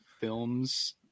films